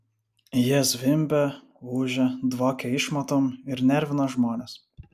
jie zvimbia ūžia dvokia išmatom ir nervina žmones